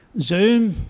zoom